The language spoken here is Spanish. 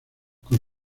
con